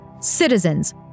Citizens